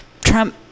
Trump